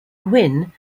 gwin